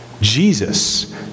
Jesus